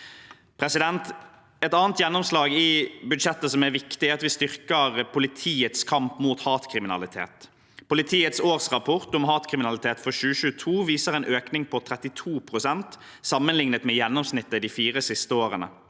Et annet viktig gjennomslag i budsjettet er at vi styrker politiets kamp mot hatkriminalitet. Politiets årsrapport om hatkriminalitet for 2022 viser en økning på 32 pst. sammenlignet med gjennomsnittet de siste fire årene.